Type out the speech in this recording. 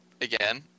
again